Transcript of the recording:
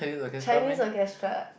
Chinese orchestra